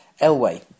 Elway